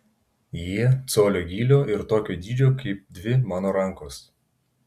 jie colio gylio ir tokio dydžio kaip dvi mano rankos